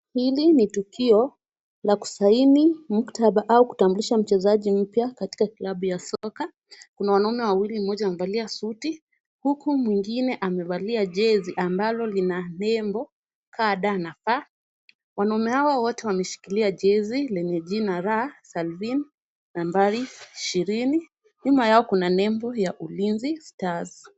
Hili ni tukio la kusaini mkutaba au kusahinisha mchezaji mpya katika kilabu ya soka. Kuna wanaume wawili mmoja amevalia suti huku mwingine akivalia jesi ambalo lina bimbo kada na pa. wanaume hao wote wameshikilia jisi lenye jina raa sarvin nambari ishirini nyuma yao kuna nembo ulinzi (cs)stars(cs).